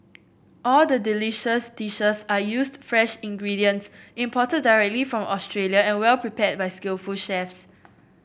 all the delicious dishes are used fresh ingredients imported directly from Australia and well prepared by skillful chefs